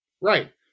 right